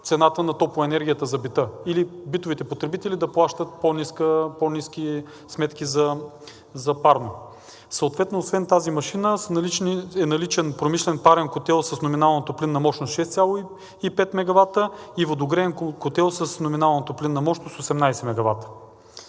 цената на топлоенергията за бита или битовите потребители, за да плащат по-ниски сметки за парно. Съответно освен тази машина е наличен промишлен парен котел с номинална топлинна мощност 6,5 мегавата и водогреен котел с номинална топлинна мощност 18 мегавата.